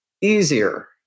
easier